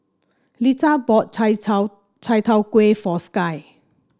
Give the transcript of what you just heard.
Leatha bought Chai Chai Tow Kway for Sky